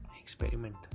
experiment